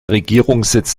regierungssitz